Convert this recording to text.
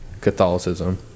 Catholicism